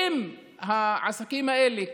והעסקים האלה,